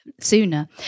sooner